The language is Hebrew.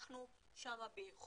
אנחנו שם באיחור.